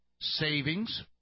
savings